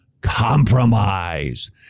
compromise